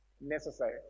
necessary